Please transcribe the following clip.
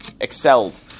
excelled